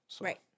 Right